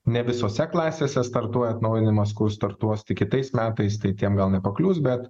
ne visose klasėse startuoja atnaujinimas kur startuos tik kitais metais tai tiem gal paklius bet